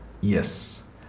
yes